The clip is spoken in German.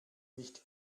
nicht